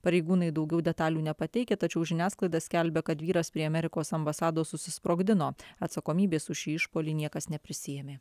pareigūnai daugiau detalių nepateikia tačiau žiniasklaida skelbia kad vyras prie amerikos ambasados susisprogdino atsakomybės už šį išpuolį niekas neprisiėmė